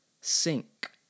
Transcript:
sink